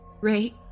Ray